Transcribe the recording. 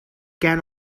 can